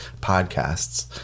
podcasts